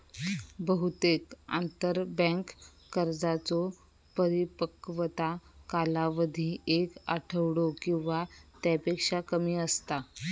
बहुतेक आंतरबँक कर्जांचो परिपक्वता कालावधी एक आठवडो किंवा त्यापेक्षा कमी असता